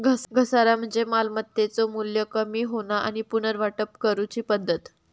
घसारा म्हणजे मालमत्तेचो मू्ल्य कमी होणा आणि पुनर्वाटप करूची पद्धत